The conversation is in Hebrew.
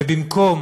ובמקום